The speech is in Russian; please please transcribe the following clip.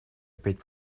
опять